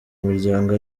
muryango